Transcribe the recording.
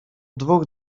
dwóch